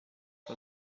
for